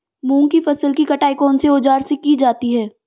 मूंग की फसल की कटाई कौनसे औज़ार से की जाती है?